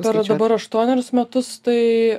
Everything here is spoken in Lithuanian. per dabar aštuonerius metus tai